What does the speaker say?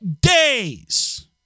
days